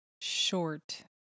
short